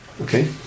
Okay